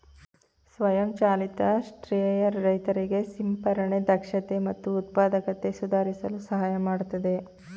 ಸ್ವಯಂ ಚಾಲಿತ ಸ್ಪ್ರೇಯರ್ ರೈತರಿಗೆ ಸಿಂಪರಣೆ ದಕ್ಷತೆ ಮತ್ತು ಉತ್ಪಾದಕತೆ ಸುಧಾರಿಸಲು ಸಹಾಯ ಮಾಡ್ತದೆ